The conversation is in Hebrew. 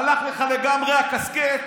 הלך לגמרי הקסקט?